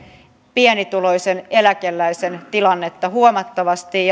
pienituloisen eläkeläisen tilannetta huomattavasti